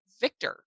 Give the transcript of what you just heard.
Victor